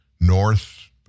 North